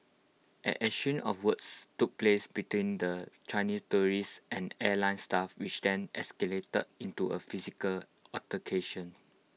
an exchange of words took place between the Chinese tourists and airline staff which then escalated into A physical altercation